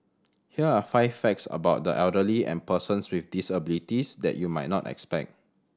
here are five facts about the elderly and persons with disabilities that you might not expect